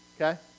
Okay